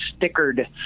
stickered